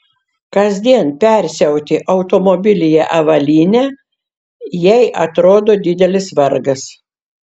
kasdien persiauti automobilyje avalynę jei atrodo didelis vargas